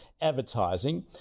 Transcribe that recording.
advertising